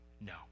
No